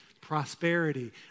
prosperity